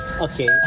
okay